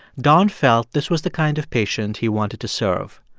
don felt this was the kind of patient he wanted to serve.